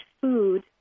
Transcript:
food